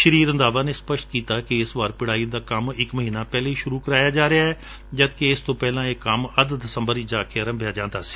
ਸ੍ਰੀ ਰੰਧਾਵਾ ਨੇ ਸਪਸ਼ਟ ਕੀਤਾ ਕਿ ਇਸ ਵਾਰ ਪਿੜਾਈ ਦਾ ਕੰਮ ਇਕ ਮਹੀਨਾ ਪਹਿਲਾਂ ਹੀ ਸੁਰੁ ਕਰਵਾਇਆ ਜਾ ਰਿਹੈ ਜਦਕਿ ਇਸ ਤੋਂ ਪਹਿਲਾਂ ਇਹ ਕੰਮ ਅਧ ਦਸੰਬਰ ਵਿਚ ਜਾ ਕੇ ਅਰੰਭਿਆ ਜਾਂਦਾ ਸੀ